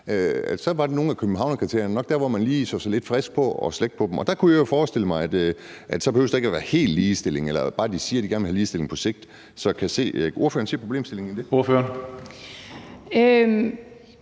med nogle af Københavnskriterierne, at man lige så sig lidt frisk på at slække på dem. Der kunne jeg jo forestille mig, at der så ikke helt behøvede at være ligestilling, hvis bare de sagde, at de gerne vil have ligestilling på sigt. Så kan ordføreren se problemstillingen i det? Kl.